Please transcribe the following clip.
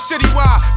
Citywide